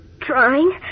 trying